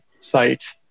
site